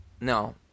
No